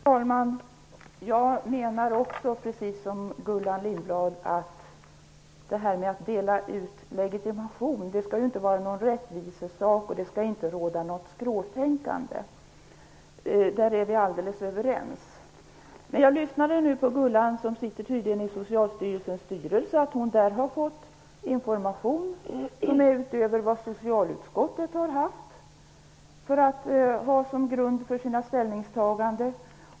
Herr talman! Jag menar också, precis som Gullan Lindblad, att utdelande av legitimation inte skall vara en rättvisefråga och att det inte skall råda något skråtänkande. Därom är vi helt överens. När jag lyssnade på Gullan Lindblad, som tydligen sitter i Socialstyrelsens styrelse, uppfattade jag att hon där fått information utöver vad socialutskottet har fått, vilken legat till grund för hennes ställningstagande.